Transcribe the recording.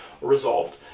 resolved